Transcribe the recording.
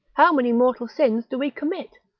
how many mortal sins do we commit?